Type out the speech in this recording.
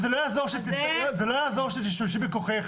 וזה לא יעזור שתשתמשי בכוחך.